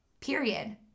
Period